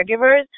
caregivers